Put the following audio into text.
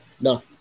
No